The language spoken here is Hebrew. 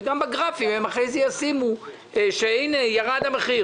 וגם בגרפים אחרי כן הם יכתבו שהנה ירד המחיר.